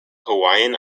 hawaiian